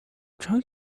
trying